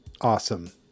Awesome